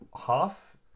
half